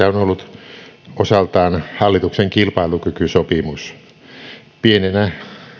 on ollut osaltaan hallituksen kilpailukykysopimus pienenä